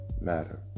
matter